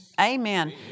Amen